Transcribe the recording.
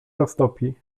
roztopi